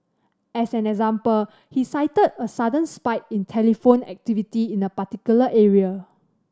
as an example he cited a sudden spike in telephone activity in a particular area